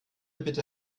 bitte